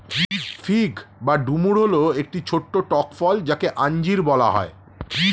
fig বা ডুমুর হল একটি ছোট্ট টক ফল যাকে আঞ্জির বলা হয়